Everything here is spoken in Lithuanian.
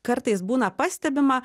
kartais būna pastebima